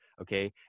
okay